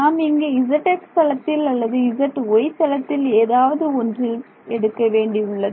நாம் இங்கே zx தளத்தில் அல்லது zy தளத்தில் ஏதாவது ஒன்றில் நாம் எடுக்க வேண்டி உள்ளது